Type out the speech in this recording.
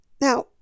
now